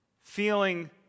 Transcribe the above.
feeling